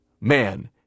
man